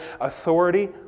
authority